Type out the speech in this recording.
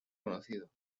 conocido